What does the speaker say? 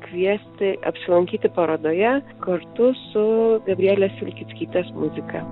kviesti apsilankyti parodoje kartu su gabrielės vilkickytės muzika